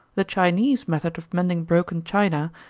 the chinese method of mending broken china,